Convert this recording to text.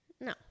No